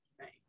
Right